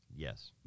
Yes